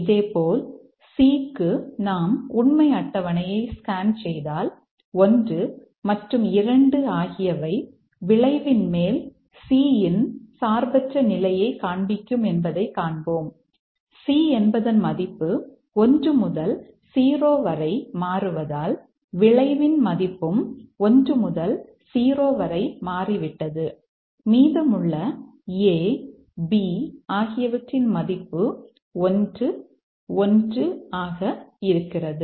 இதேபோல் C க்கு நாம் உண்மை அட்டவணையை ஸ்கேன் செய்தால் 1 மற்றும் 2 ஆகியவை விளைவின் மேல் C இன் சார்பற்ற நிலையை காண்பிக்கும் என்பதைக் காண்போம் C என்பதன் மதிப்பு 1 முதல் 0 வரை மாறுவதால் விளைவின் மதிப்பும் 1 முதல் 0 வரை மாறிவிட்டது மீதமுள்ள A B ஆகியவற்றின் மதிப்பு 1 1 ஆக இருக்கிறது